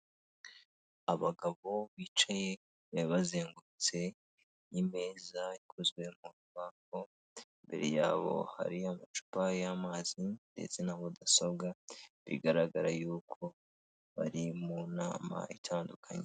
Abagabo bicaye bazengurutse n'imeza ikozwe mu rubaho, imbere yabo hari amacupa y'amazi ndetse na mudasobwa, bigaragara yuko bari mu nama itandukanye.